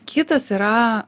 kitas yra